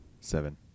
Seven